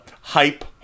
hype